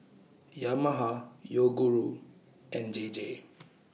Yamaha Yoguru and JJ